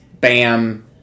bam